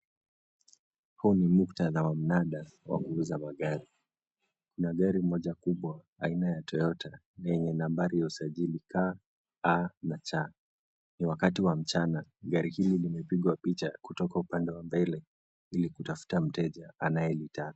Huu ni muktadha wa mnada wa kuuza magari. Kuna gari moja kubwa aina ya toyota lenye nambari ya usajili KAC. Ni wakati wa mchana. Gari hili limepigwa picha kutoka upande wa mbele ili kutafta mteja anayelitaka.